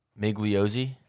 Migliozzi